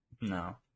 No